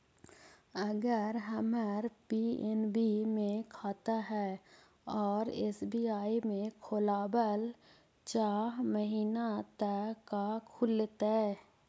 अगर हमर पी.एन.बी मे खाता है और एस.बी.आई में खोलाबल चाह महिना त का खुलतै?